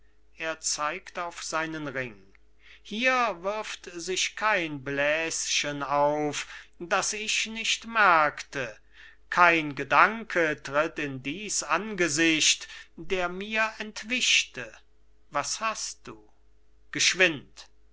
hier wirft sich kein bläschen auf das ich nicht merkte kein gedanke tritt in dies angesicht der mir entwischte was hast du geschwind